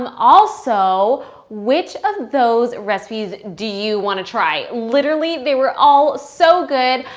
um also, which of those recipes do you want to try? literally they were all so good.